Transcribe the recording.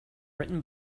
written